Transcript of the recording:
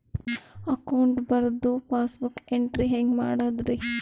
ಅಕ್ಟೋಬರ್ದು passbook entry ಹೆಂಗ್ ಮಾಡದ್ರಿ?